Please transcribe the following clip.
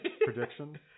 Prediction